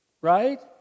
right